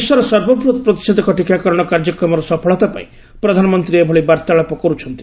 ବିଶ୍ୱର ସର୍ବବୃହତ ପ୍ରତିଷେଧକ ଟିକାକରଣ କାର୍ଯ୍ୟକ୍ରମର ସଫଳତା ପାଇଁ ପ୍ରଧାନମନ୍ତ୍ରୀ ଏଭଳି ବାର୍ତ୍ତାଳାପ କରୁଛନ୍ତି